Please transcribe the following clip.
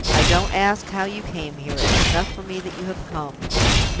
i don't ask how you came here it's enough for me that you have come.